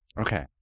Okay